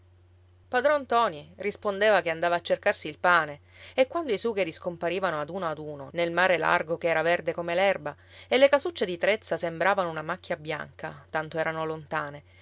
padron ntoni rispondeva che andava a cercarsi il pane e quando i sugheri scomparivano ad uno ad uno nel mare largo che era verde come l'erba e le casucce di trezza sembravano una macchia bianca tanto erano lontane